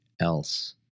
else